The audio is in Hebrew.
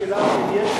השאלה היא,